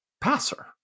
passer